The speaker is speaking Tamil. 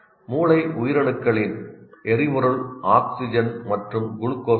மூளை உயிரணுக்களின் எரிபொருள் ஆக்ஸிஜன் மற்றும் குளுக்கோஸ் ஆகும்